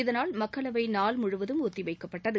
இதனால் மக்களவை நாள் முழுவதும் ஒத்திவைக்கப்பட்டது